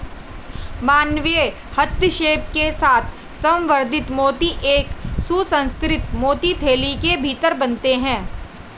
मानवीय हस्तक्षेप के साथ संवर्धित मोती एक सुसंस्कृत मोती थैली के भीतर बनते हैं